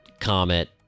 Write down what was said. comet